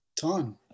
time